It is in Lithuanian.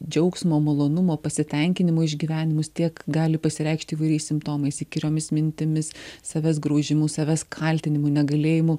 džiaugsmo malonumo pasitenkinimo išgyvenimus tiek gali pasireikšt įvairiais simptomais įkyriomis mintimis savęs graužimu savęs kaltinimu negalėjimu